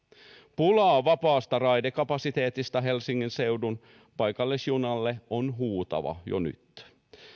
pula vapaasta raidekapasiteetista helsingin seudun paikallisjunille on huutava jo nyt